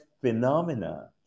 phenomena